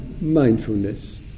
mindfulness